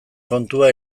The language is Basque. kontua